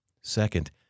Second